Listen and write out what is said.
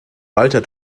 walter